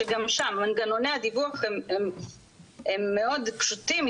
שגם שם מנגנוני הדיווח הם מאוד פשוטים,